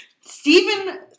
Stephen